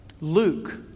Luke